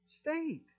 state